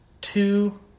two